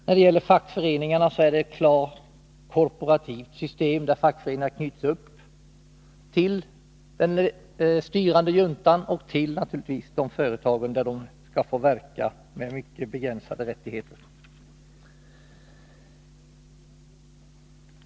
För fackföreningarna gäller ett klart korporativt system, där fackföreningarna knyts upp till den styrande juntan och, naturligtvis, till de företag där de skall få verka med mycket begränsade rättigheter.